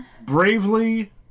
bravely